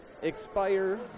expire